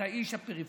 אתה איש הפריפריה.